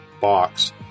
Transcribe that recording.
box